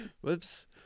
whoops